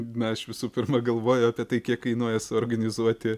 na aš visų pirma galvoju apie tai kiek kainuoja suorganizuoti